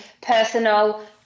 personal